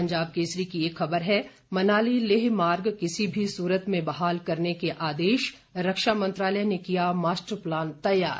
पंजाब केसरी की एक खबर है मनाली लेह मार्ग किसी भी सूरत में बहाल रखने के आदेश रक्षा मंत्रालय ने किया मास्टर प्लान तैयार